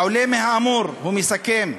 העולה מהאמור, הוא מסכם,